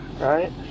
Right